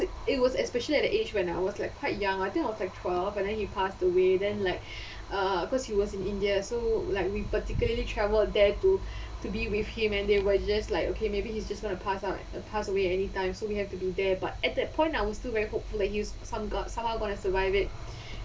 it was especially at the age when I was like quite young I think I was like twelve and then he passed away then like uh because he was in india so like we particularly travelled there to to be with him and they were just like okay maybe he's just gonna pass out pass away anytime so we have to go there but at that point I was still very hopeful like he was some ga~ somehow going to survive it